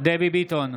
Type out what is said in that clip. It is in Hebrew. דבי ביטון,